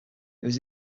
was